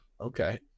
okay